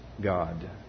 God